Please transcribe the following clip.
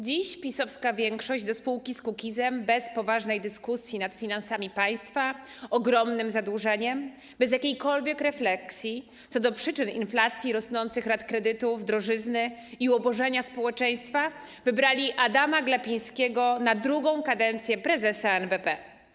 Dziś PiS-owska większość do spółki z Kukizem bez poważnej dyskusji nad finansami państwa, ogromnym zadłużeniem, bez jakiejkolwiek refleksji co do przyczyn inflacji i rosnących rat kredytów, drożyzny i ubożenia społeczeństwa wybrała Adama Glapińskiego na drugą kadencję prezesa NBP.